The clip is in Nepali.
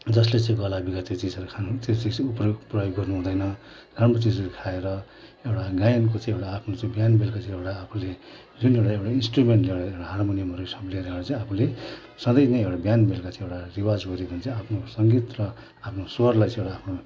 जसले चाहिँ गला बिगार्छ त्यो चिजहरू खानु त्यो चिजको उपयोग प्रयोग गर्नुहुँदैन राम्रो चिजहरू खाएर एउटा गायनको चाहिँ एउटा जुन चाहिँ बिहान बेलुका चाहिँ एउटा आफूले जुन एउटा एउटा इन्स्ट्रुमेन्ट एउटा एउटा हार्मोनियमहरू सब लिएर चाहिँ आफूले सधैँ नै एउटा बिहान बेलुका चाहिँ एउटा रियाजहरू भन्छ आफ्नो सङ्गीत र आफ्नो स्वरलाई चाहिँ एउटा आफ्नो